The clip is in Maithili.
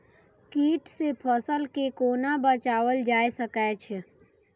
कीट से फसल के कोना बचावल जाय सकैछ?